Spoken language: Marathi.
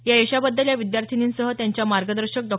या यशाबद्दल या विद्यार्थिनींसह त्यांच्या मार्गदर्शक डॉ